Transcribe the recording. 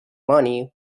money